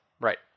Right